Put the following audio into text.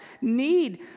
need